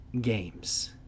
games